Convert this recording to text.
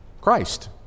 Christ